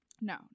No